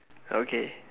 okay